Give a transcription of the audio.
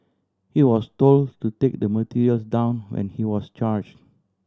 he was told to take the materials down when he was charged